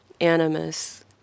animus